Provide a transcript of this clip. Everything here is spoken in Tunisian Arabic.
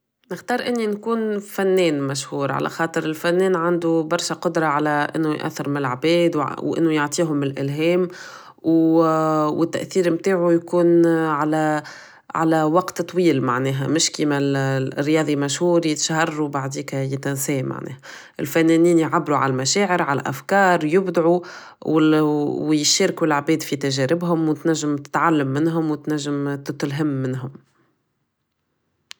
نختار اني نكون فنان مشهور علخاطر الفنان عندو برشا قدرة على انو يأثر ملعباد انو يعطيهم الالهام و تاثير متاعو يكون على وقت طويل معناها مش كيما الرياضي مشهور يتشهر بعديكا يتنسا معناها الفنانين يعبرو عل مشاعر عل افكار يبدعو و يشاركو العباد في تجاربهم و تنجم تتعلم منهم و تنجم تتلهم منهم